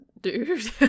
dude